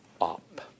up